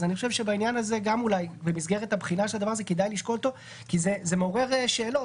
אני חושב שבמסגרת הבחינה של הדבר הזה כדאי לשקול זאת כי זה מעורר שאלות.